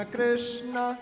Krishna